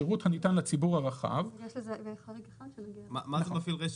שירות הניתן לציבור הרחב -- רשת בחלק אחד --- מה זה מפעיל רשת?